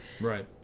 Right